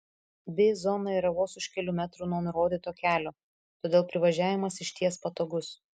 b zona yra vos už kelių metrų nuo nurodyto kelio todėl privažiavimas išties patogus